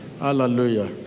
Hallelujah